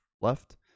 left